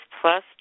plus